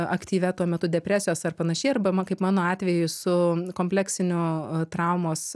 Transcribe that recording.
aktyvia tuo metu depresijos ar panašiai arba ma kaip mano atveju su kompleksiniu traumos